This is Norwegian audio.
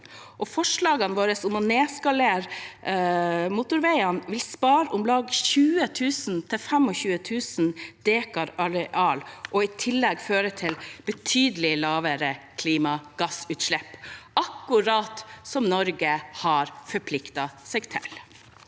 Forslagene våre om å nedskalere motorveiene vil spare om lag 20 000–25 000 dekar areal og i tillegg føre til betydelig lavere klimagassutslipp – akkurat som Norge har forpliktet seg til.